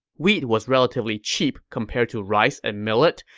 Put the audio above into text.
wheat was relatively cheap compared to rice and millet,